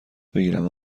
بگیرم